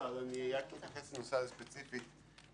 אני אתייחס לנושא הספציפי.